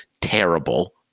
terrible